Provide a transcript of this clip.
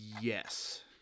Yes